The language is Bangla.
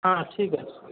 হ্যাঁ ঠিক আছে